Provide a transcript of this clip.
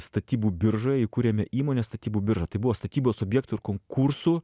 statybų biržoje įkūrėme įmonę statybų birža tai buvo statybos objektų ir konkursų